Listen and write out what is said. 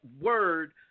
word